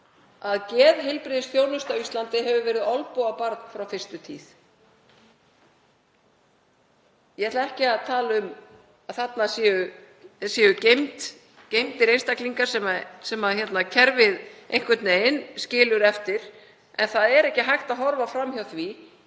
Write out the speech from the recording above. að geðheilbrigðisþjónusta á Íslandi hefur verið olnbogabarn frá fyrstu tíð. Ég ætla ekki að tala um að þarna séu geymdir einstaklingar sem kerfið skilur eftir en ekki er hægt að horfa fram hjá því